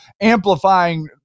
amplifying